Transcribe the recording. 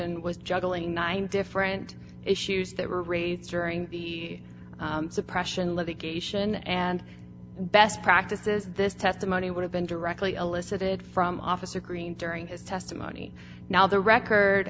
was juggling nine different issues that were raised during the suppression litigation and best practices this testimony would have been directly elicited from officer green during his testimony now the record